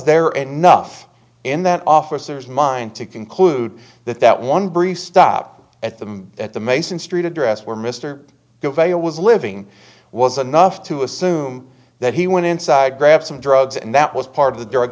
there any nuff in that officer's mind to conclude that that one brief stop at the at the mason street address where mr vaile was living was enough to assume that he went inside grab some drugs and that was part of the drug